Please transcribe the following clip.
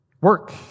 work